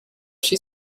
she